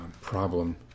problem